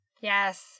yes